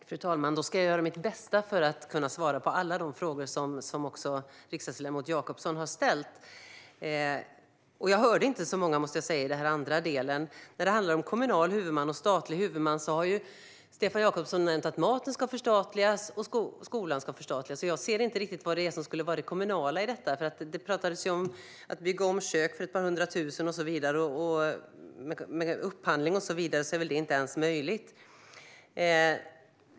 Fru talman! Då ska jag göra mitt bästa att svara på alla de frågor som riksdagsledamot Jakobsson har ställt. Jag hörde inte så många i det andra inlägget. Stefan Jakobsson talar om kommunal och statlig huvudman. Han har nämnt att maten ska förstatligas och att skolan ska förstatligas. Jag ser inte riktigt vad som skulle vara det kommunala i detta. Det pratades ju om att bygga om kök för ett par hundra tusen. Med upphandling är det väl inte ens möjligt.